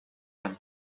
and